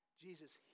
Jesus